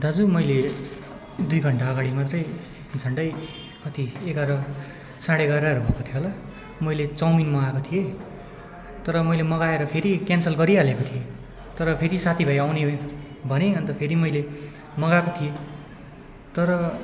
दाजु मैले दुई घन्टा अगाडि मात्रै झन्डै कति एघार साढे एघार भएको थियो होला मैले चाउमिन मगाएको थिएँ तर मैले मगाएर फेरि क्यान्सल गरिहालेको थिएँ तर फेरि साथीभाइ आउने भने अन्त फेरि मैले मगाएको थिएँ तर